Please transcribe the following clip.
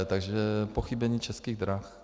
Takže pochybení Českých drah.